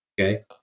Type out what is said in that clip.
Okay